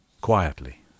quietly